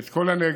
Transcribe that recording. את כל הנגב,